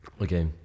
okay